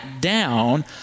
down